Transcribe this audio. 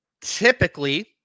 Typically